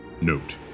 note